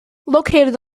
located